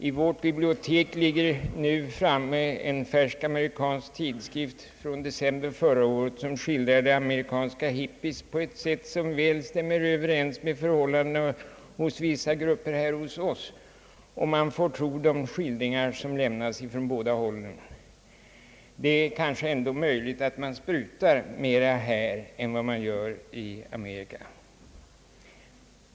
I vårt bibliotek ligger nu framme en amerikansk tidskrift från december förra året som skildrar de amerikanska hippies på ett sätt som väl stämmer överens med förhållandena hos vissa grupper här hos oss, om man får tro de skildringar som lämnas från båda hållen. Det är kanske möjligt att man sprutar mera här än vad man gör i Amerika.